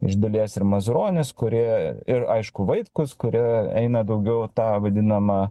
iš dalies ir mazuronis kurie ir aišku vaitkus kurie eina daugiau į tą vadinamą